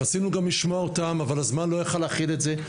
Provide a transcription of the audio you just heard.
רצינו גם לשמוע אותם אבל הזמן לא יכל להכיל את זה,